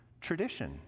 Tradition